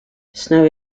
snow